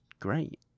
great